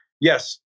yes